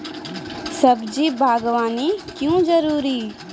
सब्जी बागवानी क्यो जरूरी?